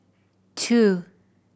two